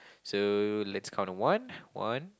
so let's count one one